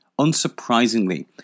Unsurprisingly